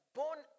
born